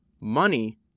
Money